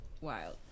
wild